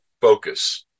focus